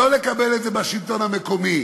לא לקבל את זה לגבי השלטון המקומי.